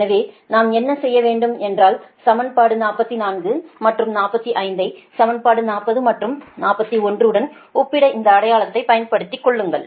எனவே நாம் என்ன செய்ய முடியும் என்றால் சமன்பாடு 44 மற்றும் 45 ஐ சமன்பாடு 40 மற்றும் 41 உடன் ஒப்பிட இந்த அடையாளத்தை பயன்படுத்திக் கொள்ளுங்கள்